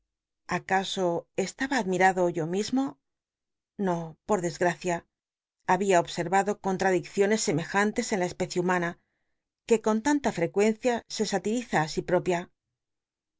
acaso admirado yo mismo no por desgracia babia obscr'ado contradiceioncs semejantes en la especie humana que con tanta frecuencia se satil'iza ú si propia